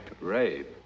Rape